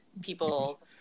people